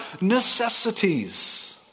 necessities